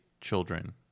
children